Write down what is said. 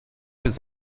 his